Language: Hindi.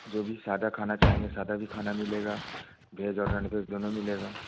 जो भी सादा खाना चाहेंगे सादा भी मिलेगा वेज और नॉन वेज दोनों मिलेगा